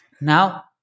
Now